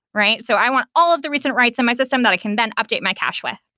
right? so i want all of the recent rights in my system that i can then update my cash with.